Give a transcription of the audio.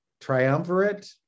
triumvirate